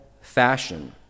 fashion